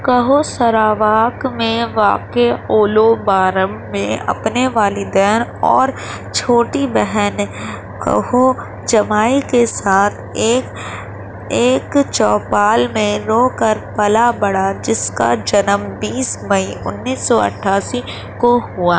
کہو سراواک میں واقع اولو بارم میں اپنے والدین اور چھوٹی بہن کہو جمائی کے ساتھ ایک ایک چوپال میں رو کر پلا بڑھا جس کا جنم بیس مئی انیس سو اٹھاسی کو ہوا